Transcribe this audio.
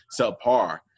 subpar